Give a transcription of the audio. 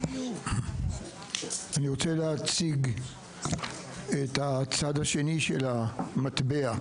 אני רוצה להציג את הצד השני של המטבע,